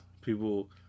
people